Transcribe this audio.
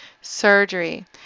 Surgery